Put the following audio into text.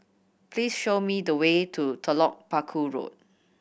please show me the way to Telok Paku Road